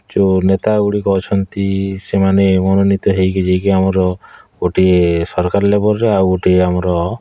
ଯେଉଁ ନେତାଗୁଡ଼ିକ ଅଛନ୍ତି ସେମାନେ ମନୋନିତ ହେଇକି ଯାଇକି ଆମର ଗୋଟିଏ ସରକାରୀ ଲେବଲରେ ଆଉ ଗୋଟିଏ ଆମର